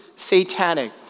satanic